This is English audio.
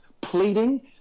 Pleading